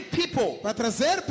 people